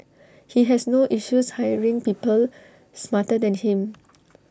he has no issues hiring people smarter than him